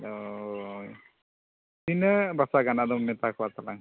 ᱦᱳᱭ ᱛᱤᱱᱟᱹᱜ ᱵᱟᱥᱟ ᱜᱟᱱ ᱟᱫᱚᱢ ᱢᱮᱛᱟ ᱠᱚᱣᱟ ᱛᱟᱞᱟᱝ